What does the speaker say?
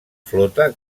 flota